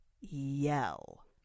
yell